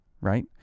right